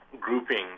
groupings